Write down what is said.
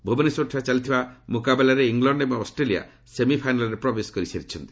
ଭୁବନେଶ୍ୱରଠାରେ ଚାଲିଥିବା ମୁକାବିଲାରେ ଇଂଲଣ୍ଡ ଏବଂ ଅଷ୍ଟ୍ରେଲିଆ ସେମିଫାଇନାଲ୍ରେ ପ୍ରବେଶ କରିସାରିଛନ୍ତି